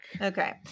okay